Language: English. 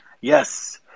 Yes